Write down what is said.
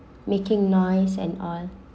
making noise and on